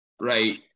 Right